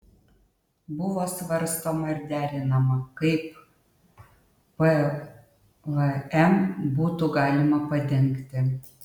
buvo svarstoma ir derinama kaip pvm būtų galima padengti